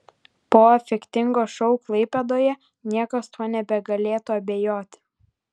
po efektingo šou klaipėdoje niekas tuo nebegalėtų abejoti